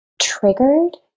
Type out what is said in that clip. triggered